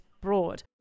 broad